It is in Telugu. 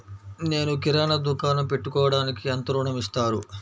నేను కిరాణా దుకాణం పెట్టుకోడానికి ఎంత ఋణం ఇస్తారు?